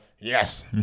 Yes